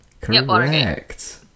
Correct